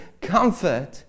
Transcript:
comfort